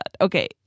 Okay